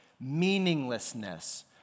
meaninglessness